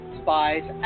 spies